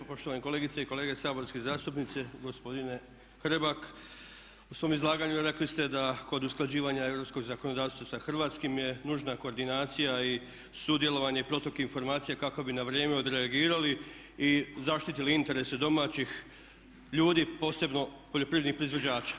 Pa poštovane kolegice i kolege saborski zastupnici, gospodine Hrebak u svom izlaganju rekli ste da kod usklađivanja europskog zakonodavstva sa hrvatskim je nužna koordinacija i sudjelovanje i protok informacija kako bi na vrijeme odreagirali i zaštitili interese domaćih ljudi, posebno poljoprivrednih proizvođača.